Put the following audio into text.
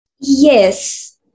Yes